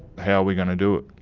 how we gonna do it?